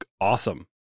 awesome